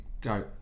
go